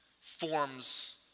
forms